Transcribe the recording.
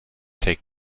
take